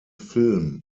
film